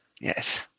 Yes